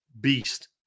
beast